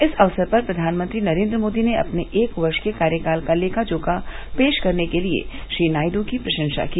इस अवसर पर प्रधानमंत्री नरेन्द्र मोदी ने अपने एक वर्श के कार्यकाल का लेखा जोखा पेष करने के लिए श्री नायड् की प्रषंसा की